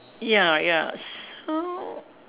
ya ya so